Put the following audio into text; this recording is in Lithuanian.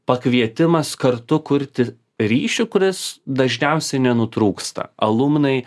pakvietimas kartu kurti ryšį kuris dažniausiai nenutrūksta alumnai